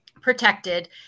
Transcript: protected